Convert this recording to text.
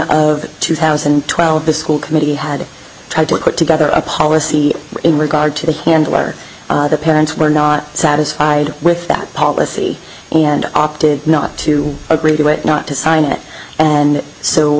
of two thousand and twelve the school committee had tried to put together a policy in regard to the handler the parents were not satisfied with that policy and opted not to agree to it not to sign it and so